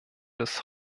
des